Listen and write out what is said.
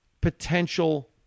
potential